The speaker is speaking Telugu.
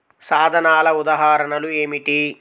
సాధనాల ఉదాహరణలు ఏమిటీ?